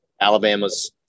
Alabama's